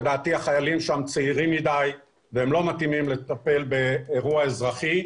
לדעתי החיילים שם צעירים מדי והם לא מתאימים לטפל באירוע אזרחי.